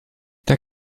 der